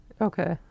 Okay